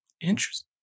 Interesting